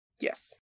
Yes